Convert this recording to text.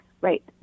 right